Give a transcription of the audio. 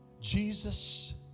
Jesus